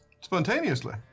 Spontaneously